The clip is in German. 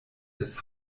des